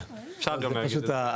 אפשר גם להגיד את זה,